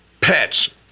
Pets